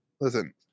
listen